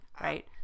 right